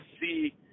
see